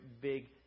big